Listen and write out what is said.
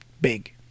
big